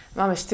máme